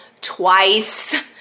twice